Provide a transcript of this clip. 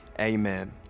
amen